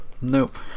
Nope